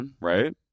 Right